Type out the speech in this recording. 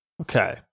Okay